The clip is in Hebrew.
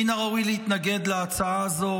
מן הראוי להתנגד להצעה הזאת,